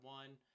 one